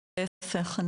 להפך,